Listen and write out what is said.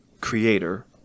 creator